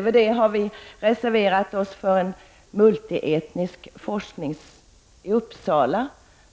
Vi har även reserverat oss för att den multietniska forskningen i Uppsala